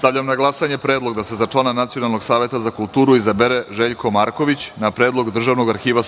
Stavljam na glasanje predlog da se za člana Nacionalnog saveta za kulturu izabere Željko Marković, na predlog Državnog arhiva